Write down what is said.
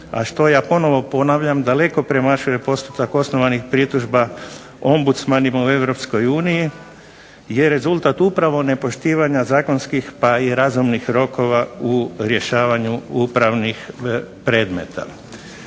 a što ja ponovo ponavljam daleko premašuje postotak osnovanih pritužbi ombudsmanima u Europskoj uniji je rezultat upravo nepoštivanja zakonskih pa i razumnih rokova u rješavanju upravnih predmeta.